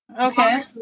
Okay